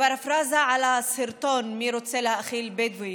בפרפרזה על הסרטון "מי רוצה להאכיל בדואי",